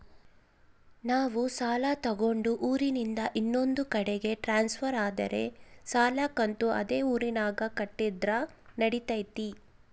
ನಾವು ಸಾಲ ತಗೊಂಡು ಊರಿಂದ ಇನ್ನೊಂದು ಕಡೆ ಟ್ರಾನ್ಸ್ಫರ್ ಆದರೆ ಸಾಲ ಕಂತು ಅದೇ ಊರಿನಾಗ ಕಟ್ಟಿದ್ರ ನಡಿತೈತಿ?